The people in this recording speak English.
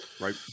Right